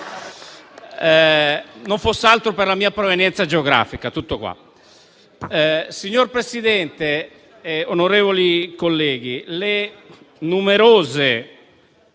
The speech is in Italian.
non fosse altro per la mia provenienza geografica.